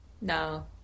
No